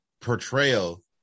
portrayal